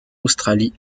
australie